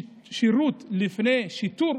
"שירות לפני שיטור",